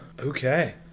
Okay